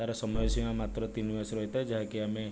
ତା'ର ସମୟ ସୀମା ମାତ୍ର ତିନି ମାସ ରହିଥାଏ ଯାହାକି ଆମେ